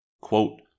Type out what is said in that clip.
Quote